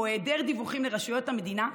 או היעדר דיווחים לרשויות המדינה,